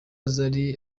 zari